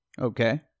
Okay